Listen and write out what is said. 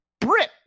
Brit